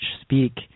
speak